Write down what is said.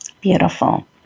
Beautiful